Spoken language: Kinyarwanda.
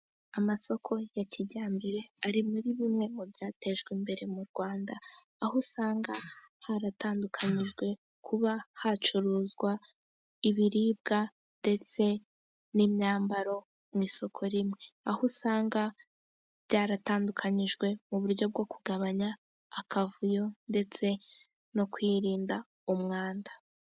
Amasoko ya kijyambere ari muri bumwe mu byatejwe imbere mu rwanda, aho usanga haratandukanyijwe kuba hacuruzwa ibiribwa ndetse n'imyambaro, mu isoko rimwe aho usanga byaratandukanyijwe mu buryo bwo kugabanya akavuyo ndetse no kwirinda umwanda.